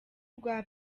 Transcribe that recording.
rwa